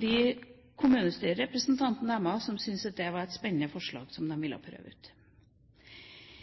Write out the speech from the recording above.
de kommunestyrerepresentantene deres som syns at det er et spennende forslag som de vil prøve ut.